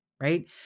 Right